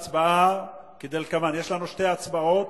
יש לנו שתי הצבעות.